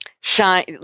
shine